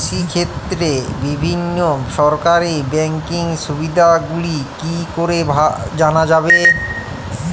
কৃষিক্ষেত্রে বিভিন্ন সরকারি ব্যকিং সুবিধাগুলি কি করে জানা যাবে?